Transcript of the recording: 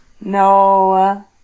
No